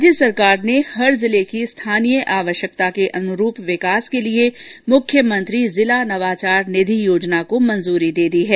राज्य सरकार ने हर जिले की स्थानीय आवश्यकताओं के अनुरूप विकास के लिए मृख्यमंत्री जिला नवाचार निधि योजना को मंजूरी दे दी है